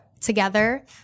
together